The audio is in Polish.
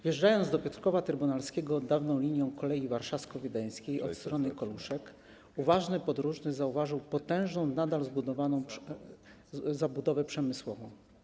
Wjeżdżając do Piotrkowa Trybunalskiego dawną linią Kolei Warszawsko-Wiedeńskiej od strony Koluszek, uważny podróżny zauważy potężną nadal zabudowę przemysłową.